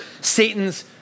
Satan's